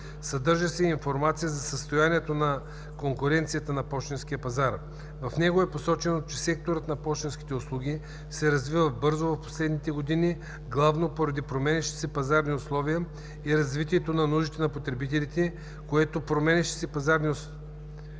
Съдържа се и информация за състоянието на конкуренцията на пощенския пазар. В него е посочено, че секторът на пощенските услуги се развива бързо в последните години главно поради променящите се пазарни условия и развитието на нуждите на потребителите, което, от своя страна, обуславя